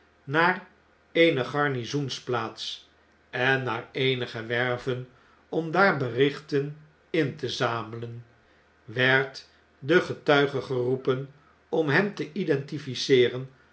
naar eene garnizoensplaats en naar eenige werven om daar berichten in te zamelen werd de getuige geroepen om hem te